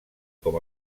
com